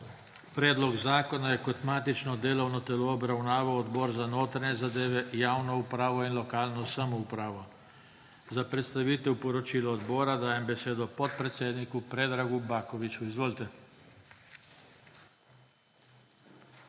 Predlog zakona je kot matično delovno obravnaval Odbor za notranje zadeve, javno upravo in lokalno samoupravo. Za predstavitev poročila odbora dajem besedo podpredsedniku Predragu Bakoviću. Izvolite.